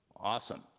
awesome